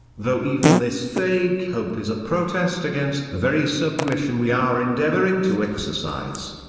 though even this vague hope is a protest against the very submission we are endeavouring to exercise.